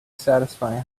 satisfying